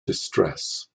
distress